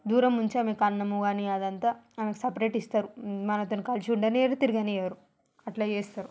దూరం ఉంచామే కారణము కాని అదంతా సెపరేట్ ఇస్తారు మనతోని కలిసి ఉండనీయరు తిరగనీయరు అలా చేస్తారు